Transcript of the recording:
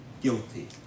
guilty